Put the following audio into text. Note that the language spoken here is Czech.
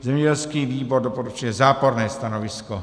Zemědělský výbor doporučuje záporné stanovisko.